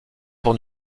pour